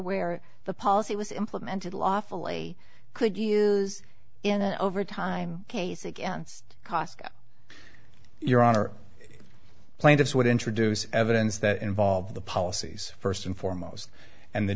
where the policy was implemented lawfully could use in an over time case against costco your honor plaintiffs would introduce evidence that involved the policies first and foremost and the